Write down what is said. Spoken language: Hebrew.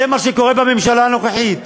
זה מה שקורה בממשלה הנוכחית.